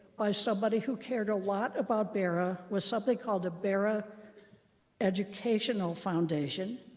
by somebody who cared a lot about barat, was something called a barat educational foundation,